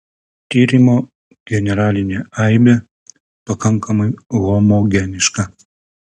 tyrimo generalinė aibė pakankamai homogeniška